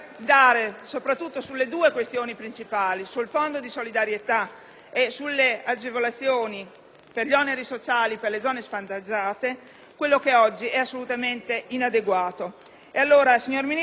sulle due questioni principali del fondo di solidarietà e delle agevolazioni per gli oneri sociali per le zone svantaggiate, affinché sia migliorato ciò che oggi è assolutamente inadeguato. Signor Ministro, vedremo